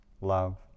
love